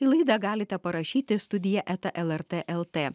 į laidą galite parašyti studiją eta lrt lt